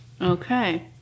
Okay